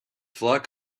flock